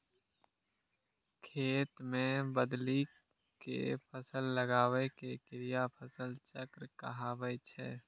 खेत मे बदलि कें फसल लगाबै के क्रिया फसल चक्र कहाबै छै